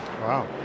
Wow